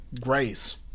grace